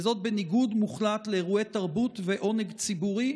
וזאת בניגוד מוחלט לאירועי תרבות ועונג ציבוריים,